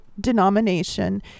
denomination